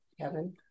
Kevin